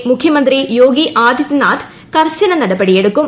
P മുഖ്യമന്ത്രി യോഗി ആദിത്യനാഥ് കർശന നടപടിയെടുക്കും